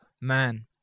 man